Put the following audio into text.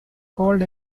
called